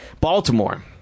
Baltimore